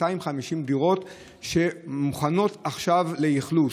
250 דירות שמוכנות עכשיו לאכלוס.